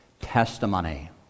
testimony